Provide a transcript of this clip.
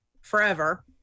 forever